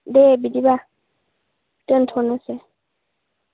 दे बिदिब्ला दोनथ'नोसै